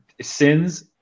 sins